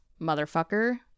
motherfucker